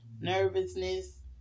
nervousness